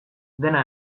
dena